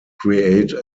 create